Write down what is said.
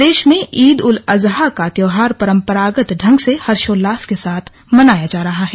प्रदेश में ईद उल अज़हा का त्योहार परम्परागत ढंग से हर्षोल्लास के साथ मनाया जा रहा है